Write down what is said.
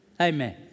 Amen